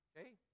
Okay